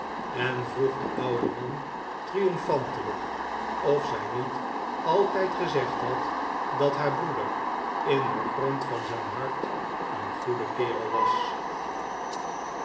en vroeg den ouden man triomfantelijk of zij niet altijd gezegd had dat haar broeder in den grond van zijn hart een goeie kerel was